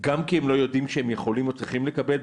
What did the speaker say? הם גם לא יודעים שהם יכולים או צריכים לקבל.